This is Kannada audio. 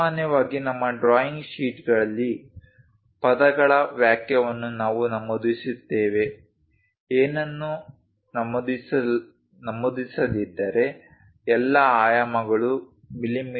ಸಾಮಾನ್ಯವಾಗಿ ನಮ್ಮ ಡ್ರಾಯಿಂಗ್ ಶೀಟ್ಗಳಲ್ಲಿ ಪದಗಳ ವಾಕ್ಯವನ್ನು ನಾವು ನಮೂದಿಸುತ್ತೇವೆ ಏನನ್ನೂ ನಮೂದಿಸದಿದ್ದರೆ ಎಲ್ಲಾ ಆಯಾಮಗಳು ಮಿ